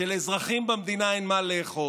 כשלאזרחים במדינה אין מה לאכול.